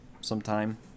sometime